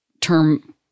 term